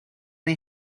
neu